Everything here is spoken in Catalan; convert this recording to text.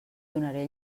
donaré